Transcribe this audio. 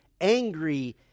angry